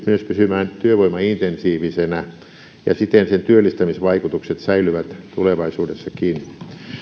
myös pysymään työvoimaintensiivisenä ja siten sen työllistämisvaikutukset säilyvät tulevaisuudessakin